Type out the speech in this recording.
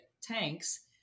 tanks